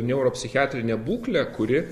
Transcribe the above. neuro psichiatrinę būklę kuri